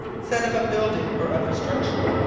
said of a building, or other structure.